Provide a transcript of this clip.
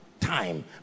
time